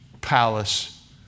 palace